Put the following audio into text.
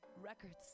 Records